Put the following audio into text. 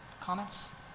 Comments